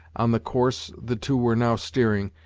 on the course the two were now steering,